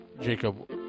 Jacob